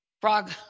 Frog